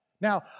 Now